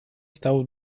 stał